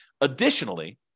Additionally